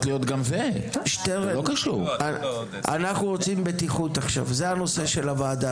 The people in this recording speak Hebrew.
אנחנו רוצים בטיחות עכשיו; זה הנושא של הוועדה